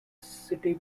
city